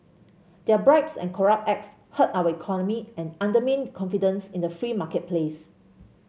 their bribes and corrupt acts hurt our economy and undermine confidence in the free marketplace